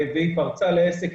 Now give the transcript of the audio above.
היא פרצה לעסק,